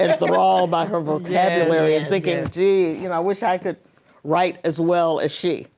enthralled by her vocabulary and thinking gee, you know i wish i could write as well as she.